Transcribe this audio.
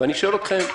ואני שואל אתכם,